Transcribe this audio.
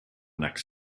next